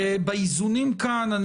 באיזונים כאן,